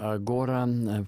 agora na